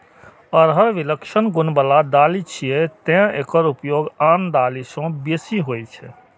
अरहर विलक्षण गुण बला दालि छियै, तें एकर उपयोग आन दालि सं बेसी होइ छै